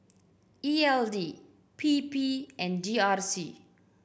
E L D P P and G R C